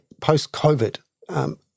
post-COVID